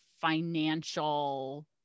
financial